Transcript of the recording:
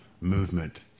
movement